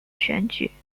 选举